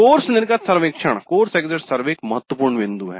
course निर्गत सर्वेक्षण एक महत्वपूर्ण बिंदु है